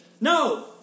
No